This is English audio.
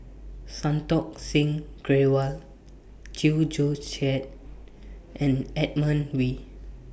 Santokh Singh Grewal Chew Joo Chiat and Edmund Wee